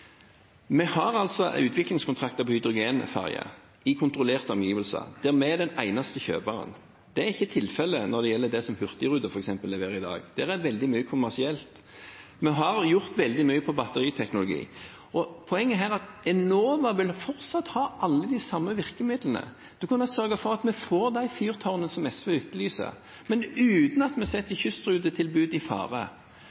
Vi har altså utviklingskontrakter på hydrogenferger i kontrollerte omgivelser der vi er den eneste kjøperen. Det er ikke tilfellet når det gjelder det som f.eks. Hurtigruten leverer i dag. Der er veldig mye kommersielt. Vi har også gjort veldig mye på batteriteknologi. Poenget her er at Enova fortsatt vil ha alle de samme virkemidlene til å kunne sørge for at vi får de fyrtårnene som SV etterlyser, men uten at vi setter